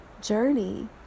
journey